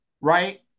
right